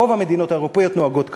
רוב המדינות האירופיות נוהגות כך.